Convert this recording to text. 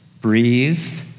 breathe